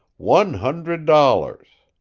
one hundred dollars!